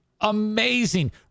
Amazing